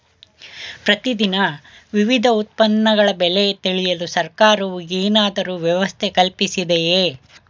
ಪ್ರತಿ ದಿನ ವಿವಿಧ ಉತ್ಪನ್ನಗಳ ಬೆಲೆ ತಿಳಿಯಲು ಸರ್ಕಾರವು ಏನಾದರೂ ವ್ಯವಸ್ಥೆ ಕಲ್ಪಿಸಿದೆಯೇ?